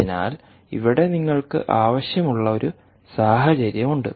അതിനാൽ ഇവിടെ നിങ്ങൾക്ക് ആവശ്യമുള്ള ഒരു സാഹചര്യം ഉണ്ട്